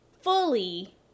fully